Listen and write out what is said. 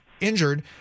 injured